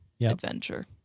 adventure